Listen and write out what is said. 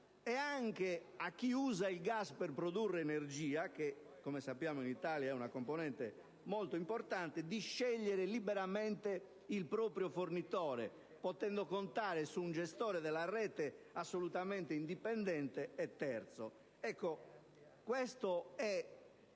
ed anche a chi usa il gas per produrre energia - che, come noto, in Italia è una componente molto importante - di scegliere liberamente il proprio fornitore, potendo contare su un gestore della rete assolutamente indipendente e terzo.